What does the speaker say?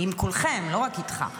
עם כולכם, לא רק איתך.